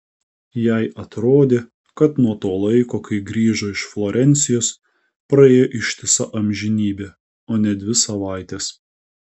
jai atrodė kad nuo to laiko kai grįžo iš florencijos praėjo ištisa amžinybė o ne dvi savaitės